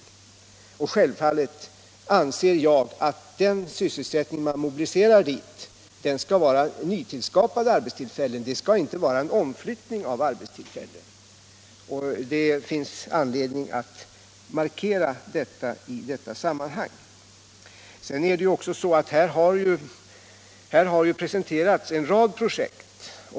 Själv — järn och stålindufallet anser jag att den sysselsättning som man mobiliserar dit skall vara — strin, m.m. nyskapade arbetstillfällen, inte en omflyttning av arbetstillfällen. Det finns anledning att markera det i detta sammanhang. Här har ju också presenterats en rad projekt.